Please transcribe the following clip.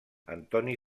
antoni